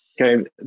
Okay